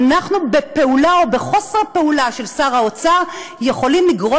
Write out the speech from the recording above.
אנחנו בפעולה או בחוסר פעולה של שר האוצר יכולים לגרום